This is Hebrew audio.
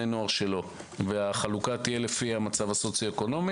נוער שלא ושהחלוקה תהיה לפי המצב הסוציו-אקונומי.